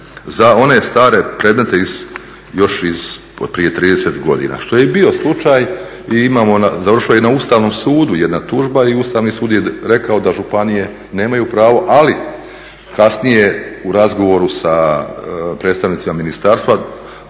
za one stare predmete iz, još iz od prije trideset godina što je i bio slučaj i imamo, završilo je i na Ustavnom sudu jedna tužba i Ustavni sud je rekao da županije nemaju pravo. Ali kasnije u razgovoru sa predstavnicima ministarstva